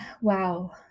wow